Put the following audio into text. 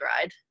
ride